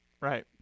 right